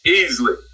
easily